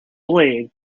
blade